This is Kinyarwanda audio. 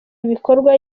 ibikorwa